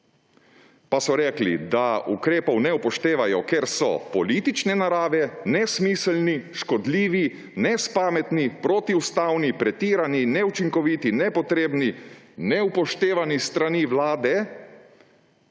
pa so rekli, da ukrepov ne upoštevajo, ker so politične narave, nesmiselni, škodljivi, nespametni, protiustavni, pretirani, neučinkoviti, nepotrebni, neupoštevani s strani vlade